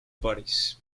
paris